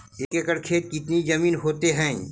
एक एकड़ खेत कितनी जमीन होते हैं?